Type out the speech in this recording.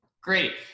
Great